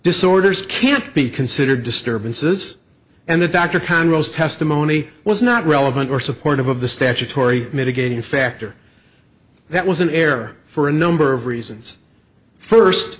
disorders can't be considered disturbances and that dr conrad is testimony was not relevant or supportive of the statutory mitigating factor that was an air for a number of reasons first